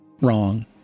Wrong